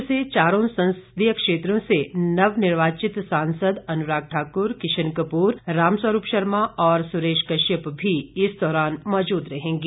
प्रदेश से चारों संसदीय क्षेत्रों से नव निर्वाचित सांसद अनुराग ठाकुर किशन कपूर रामस्वरूप शर्मा और सुरेश कश्यप भी इस दौरान मौजूद रहेंगे